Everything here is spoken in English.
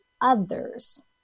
others